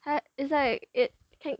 ah it's like it